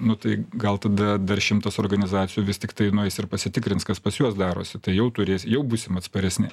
nu tai gal tada dar šimtas organizacijų vis tiktai nueis ir pasitikrins kas pas juos darosi tai jau turės jau būsim atsparesni